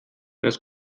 das